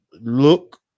look